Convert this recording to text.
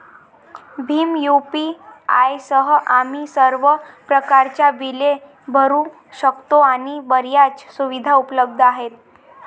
Bhim UPI सह, आम्ही सर्व प्रकारच्या बिले भरू शकतो आणि बर्याच सुविधा उपलब्ध आहेत